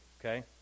okay